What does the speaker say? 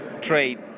trade